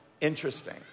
Interesting